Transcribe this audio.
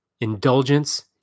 indulgence